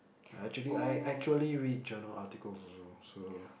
I actually I actually read journal articles also so